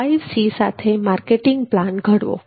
5C સાથે marketing plan ઘડવો